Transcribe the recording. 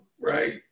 right